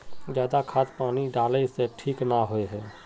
ज्यादा खाद पानी डाला से ठीक ना होए है?